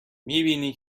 میبینی